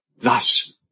Thus